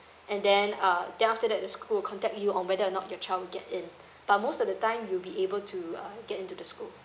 and then uh then after that the school contact you on whether or not your child get in but most of the time you'll be able to uh get into the school